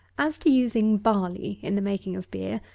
as to using barley in the making of beer,